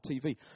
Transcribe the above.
TV